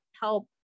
help